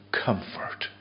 comfort